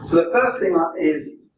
the first thing um is,